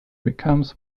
becomes